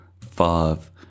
five